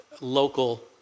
local